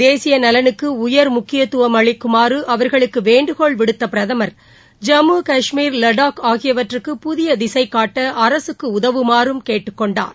தேசிய நலனுக்கு உயர் முக்கியத்துவம் அளிக்குமாறு அவர்களுக்கு வேண்டுகோள் விடுத்த பிரதமர் ஜம்மு கஷ்மீர் லடாக் ஆகியவற்றுக்கு புதிய திசை காட்ட அரசுக்கு உதவுமாறும் கேட்டுக்கொண்டார்